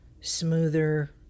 smoother